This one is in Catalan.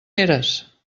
eres